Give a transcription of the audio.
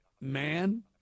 man